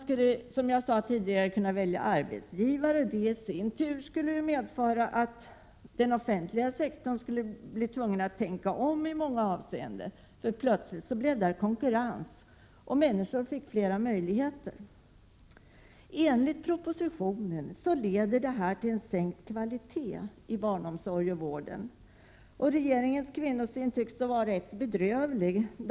Kvinnor skulle kunna välja arbetsgivare, vilket i sin tur skulle medföra att den offentliga sektorn skulle tvingas att tänka om i många avseenden. Plötsligt skulle det nämligen uppstå konkurrens. Människor skulle få flera möjligheter. Enligt propositionen leder detta till en sänkt kvalitet i barnomsorgen och i vården. Regeringens kvinnosyn tycks vara rätt bedrövlig.